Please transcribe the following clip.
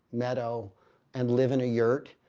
meadow and live in a yurt.